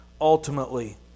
ultimately